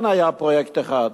כן היה פרויקט אחד.